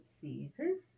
Caesar's